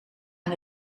aan